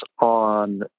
on